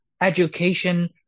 education